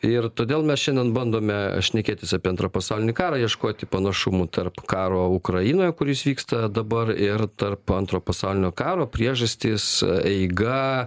ir todėl mes šiandien bandome šnekėtis apie antrą pasaulinį karą ieškoti panašumų tarp karo ukrainoje kuris vyksta dabar ir tarp antro pasaulinio karo priežastys eiga